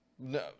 No